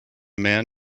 man